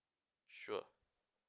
sure